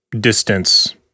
distance